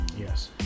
Yes